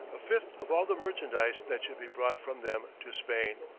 a fifth of all the merchandise that should be brought from them to spain.